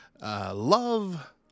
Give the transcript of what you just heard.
love